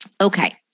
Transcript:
Okay